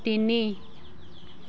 তিনি